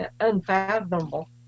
unfathomable